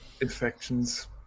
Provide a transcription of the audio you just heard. infections